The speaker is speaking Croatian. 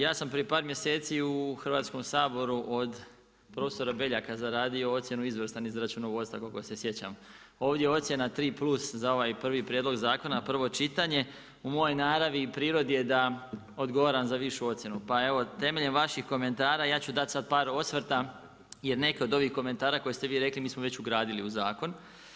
Ja sam prije par mjeseci u Hrvatskom saboru, od profesora Beljaka zaradio ocjenu izvrstan iz računovodstva koliko se sjećam, ovdje ocjena 3+, za ovaj prvi prijedlog zakona, prvo čitanje, u mojoj naravi i prirodi je da odgovaram za višu ocjenu, pa evo temeljem vaših komentara, ja ću dati sad par osvrta jer neke od ovih komentara koje ste vi rekli, mi smo već ugradili u zakon.